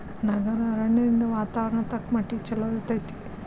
ನಗರ ಅರಣ್ಯದಿಂದ ವಾತಾವರಣ ತಕ್ಕಮಟ್ಟಿಗೆ ಚಲೋ ಇರ್ತೈತಿ